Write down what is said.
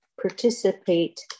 participate